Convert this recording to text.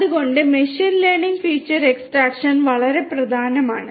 അതിനാൽ machine learning feature extraction വളരെ പ്രധാനമാണ്